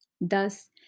Thus